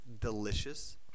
Delicious